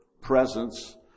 presence